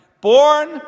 born